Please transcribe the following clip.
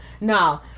No